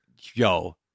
yo